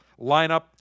lineup